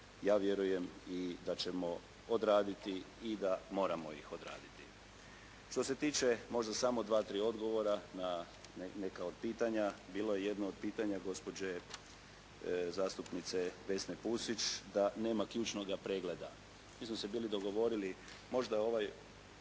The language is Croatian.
ja vjerujem i da ćemo odraditi i da moramo ih odraditi. Što se tiče možda samo dva-tri odgovora na neka od pitanja. Bilo je jedno od pitanja gospođe zastupnice Vesne Pusić da nema ključnoga pregleda. Mi smo se bili dogovorili, možda je ovaj